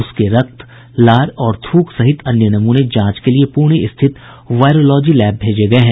उसके रक्त लार और थ्रक सहित अन्य नमूने जांच के लिए पुणे स्थित वायरोलॉजी लैब भेजे गये हैं